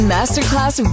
Masterclass